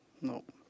Nope